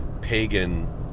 pagan